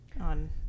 on